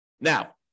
Now